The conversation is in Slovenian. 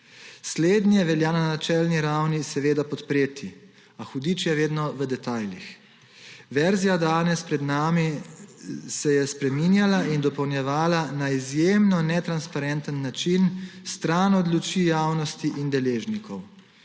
Slednje velja na načelni ravni seveda podpreti, a hudič je vedno v detajlih. Verzija danes pred nami se je spreminjala in dopolnjevala na izjemno netransparenten način, stran od luči javnosti in deležnikov,